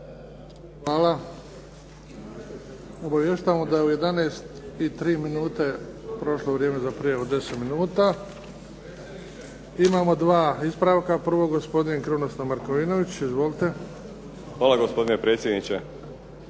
Hvala. Obavještavamo da u 11,03 minute prošlo vrijeme za prijavu od 10 minuta. Imamo dva ispravka. Prvo gospodin Krunoslav Markovinović. Izvolite. **Markovinović,